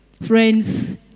Friends